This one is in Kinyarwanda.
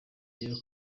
niba